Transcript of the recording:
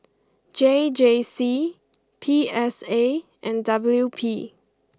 J J C P S A and W P